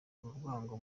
urwango